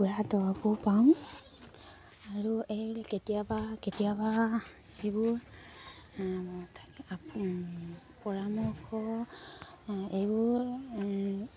কুকুৰা দৰবো পাওঁ আৰু এই কেতিয়াবা কেতিয়াবা এইবোৰ পৰামৰ্শ এইবোৰ